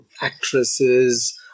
actresses